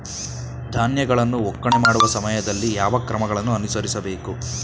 ಧಾನ್ಯಗಳನ್ನು ಒಕ್ಕಣೆ ಮಾಡುವ ಸಮಯದಲ್ಲಿ ಯಾವ ಕ್ರಮಗಳನ್ನು ಅನುಸರಿಸಬೇಕು?